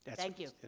thank you.